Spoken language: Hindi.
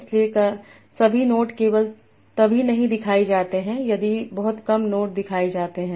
इसलिए सभी नोट केवल तभी नहीं दिखाए जाते हैं यदि बहुत कम नोट दिखाए जाते हैं